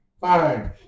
fine